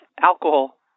alcohol